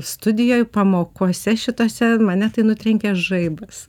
studijoj pamokuose šitose mane tai nutrenkė žaibas